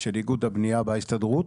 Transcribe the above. של איגוד הבניה בהסתדרות.